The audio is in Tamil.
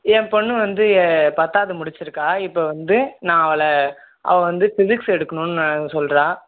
என் பொண்ணு வந்து பத்தாவது முடிச்சுருக்கா இப்போ வந்து நான் அவளை அவள் வந்து ஃபிசிக்ஸ் எடுக்கணும்னு சொல்றாள்